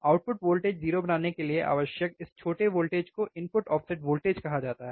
output voltage 0 बनाने के लिए आवश्यक इस छोटे वोल्टेज को इनपुट ऑफ़सेट वोल्टेज कहा जाता है